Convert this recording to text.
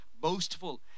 boastful